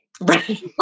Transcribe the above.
Right